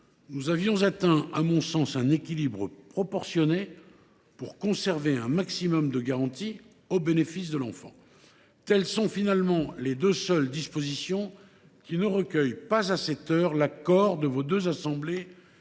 nous avions atteint, à mon sens, un équilibre proportionné pour conserver un maximum de garanties aux bénéfices de ce dernier. Telles sont finalement les deux seules dispositions qui ne recueillent pas, à cette heure, l’accord de vos deux assemblées